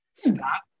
Stop